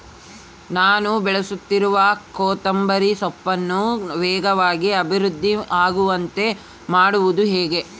ನಾನು ಬೆಳೆಸುತ್ತಿರುವ ಕೊತ್ತಂಬರಿ ಸೊಪ್ಪನ್ನು ವೇಗವಾಗಿ ಅಭಿವೃದ್ಧಿ ಆಗುವಂತೆ ಮಾಡುವುದು ಹೇಗೆ?